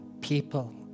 people